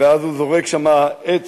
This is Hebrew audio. ואז הוא זורק שם עץ,